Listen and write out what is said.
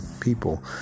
people